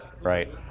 right